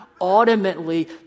Ultimately